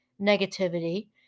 negativity